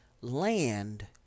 land